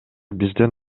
бизден